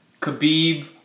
Khabib